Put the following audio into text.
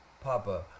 papa